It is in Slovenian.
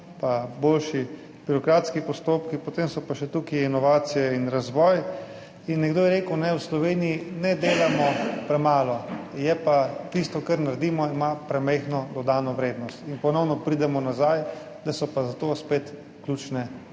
pa boljši birokratski postopki, potem so pa še tukaj inovacije in razvoj in nekdo je rekel, ne, v Sloveniji ne delamo premalo, je pa tisto, kar naredimo, ima premajhno dodano vrednost in ponovno pridemo nazaj, da so pa za to spet ključne investicije